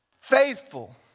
Faithful